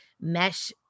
mesh